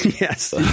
Yes